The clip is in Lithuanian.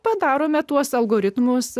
padarome tuos algoritmus